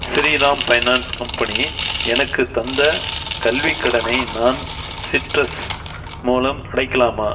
Sriram finance company எனக்குத் தந்த கல்விக் கடனை நான் சிட்ரஸ் மூலம் அடைக்கலாமா